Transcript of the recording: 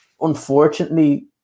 unfortunately